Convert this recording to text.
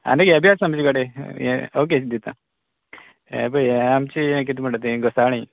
आनी यें जें आसा आमचे कडेन यें ओके दिता येबय यें आमचें यें कितें म्हणटा तें घोसाळीं